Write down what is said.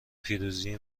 پیروزی